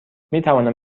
میتوانم